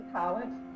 college